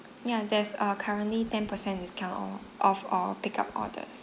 ya there's a currently ten percent discount on off our pick up orders